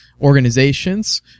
organizations